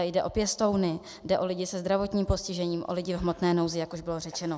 Jde o pěstouny, jde o lidi se zdravotním postižením, o lidi v hmotné nouzi, jak už bylo řečeno.